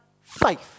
faith